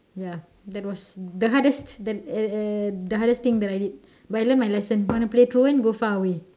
ya that was the hardest that uh the hardest thing that I did but I learnt my lesson wanna play truant go far away